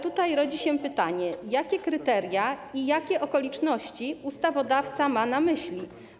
Tutaj rodzi się pytanie: Jakie kryteria i jakie okoliczności ustawodawca ma na myśli?